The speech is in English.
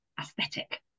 aesthetic